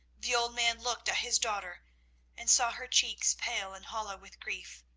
the old man looked at his daughter and saw her cheeks pale and hollow with grief,